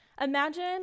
imagine